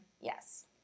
yes